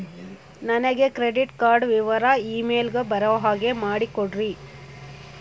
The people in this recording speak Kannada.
ನನಗೆ ಕ್ರೆಡಿಟ್ ಕಾರ್ಡ್ ವಿವರ ಇಮೇಲ್ ಗೆ ಬರೋ ಹಾಗೆ ಮಾಡಿಕೊಡ್ರಿ?